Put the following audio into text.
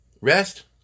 rest